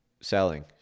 selling